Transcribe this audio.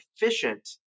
efficient